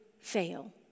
fail